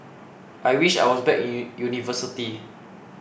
I wish I was back in university